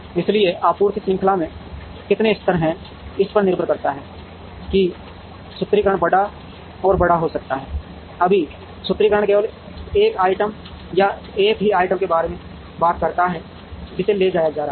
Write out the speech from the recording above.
इसलिए आपूर्ति श्रृंखला में कितने स्तर हैं इस पर निर्भर करता है कि सूत्रीकरण बड़ा और बड़ा हो सकता है अभी सूत्रीकरण केवल एक आइटम या एक ही आइटम के बारे में बात करता है जिसे ले जाया जा रहा है